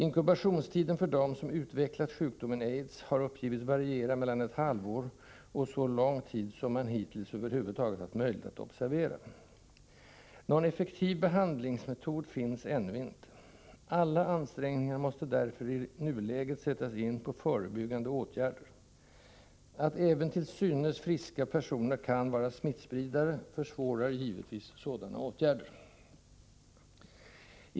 Inkubationstiden för dem som utvecklat sjukdomen AIDS sägs variera mellan ett halvår och så lång tid som man hittills över huvud taget haft möjlighet att observera. Någon effektiv behandlingsmetod finns ännu inte. Alla ansträngningar i nuläget måste därför sättas in på förebyggande åtgärder. Att även till synes friska personer kan vara smittspridare försvårar givetvis sådana åtgärder.